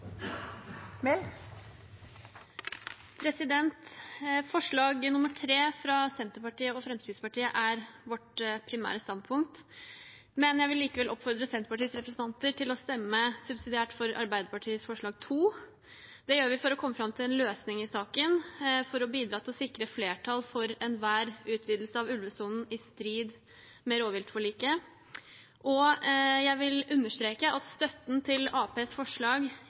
Forslag nr. 3 fra Senterpartiet og Fremskrittspartiet er vårt primære standpunkt. Jeg vil likevel oppfordre Senterpartiets representanter å stemme subsidiært for Arbeiderpartiets forslag nr. 2. Det gjør vi for å komme fram til en løsning i saken for å bidra til å sikre flertall for enhver utvidelse av ulvesonen i strid med rovviltforliket. Jeg vil understreke at støtten til Arbeiderpartiets forslag